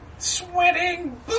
Sweating